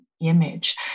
image